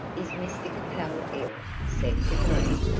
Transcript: is mr capel ill? said katrine.